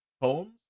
poems